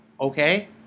okay